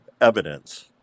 evidence